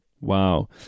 Wow